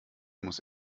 muss